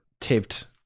taped